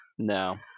No